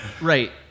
right